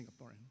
Singaporean